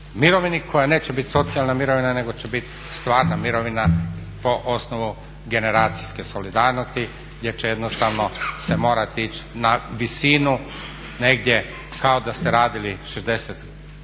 koja neće biti socijalna mirovina nego će biti stvarna mirovina po osnovu generacijske solidarnosti gdje će jednostavno se morati ići na visinu negdje kao da ste radili 60